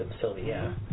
Sylvia